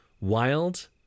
wild